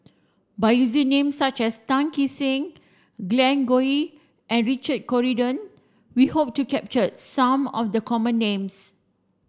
by using name such as Tan Kee Sek Glen Goei and Richard Corridon we hope to capture some of the common names